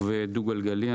רוכבי דו-גלגלי.